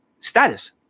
status